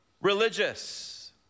religious